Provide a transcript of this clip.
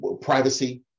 privacy